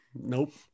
Nope